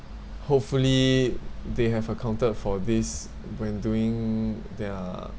hopefully they have accounted for this when doing their